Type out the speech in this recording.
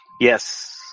Yes